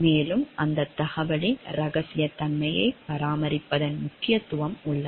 மேலும் இந்த தகவலின் ரகசியத்தன்மையை பராமரிப்பதன் முக்கியத்துவம் உள்ளது